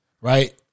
right